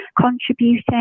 contributing